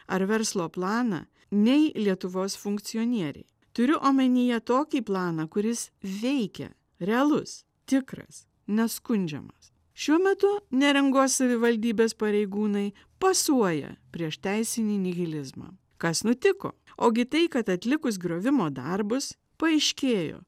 ar verslo planą nei lietuvos funkcionieriai turiu omenyje tokį planą kuris veikia realus tikras neskundžiamas šiuo metu neringos savivaldybės pareigūnai pasuoja prieš teisinį nihilizmą kas nutiko ogi tai kad atlikus griovimo darbus paaiškėjo